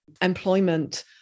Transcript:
employment